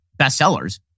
bestsellers